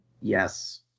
Yes